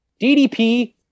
DDP